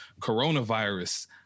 coronavirus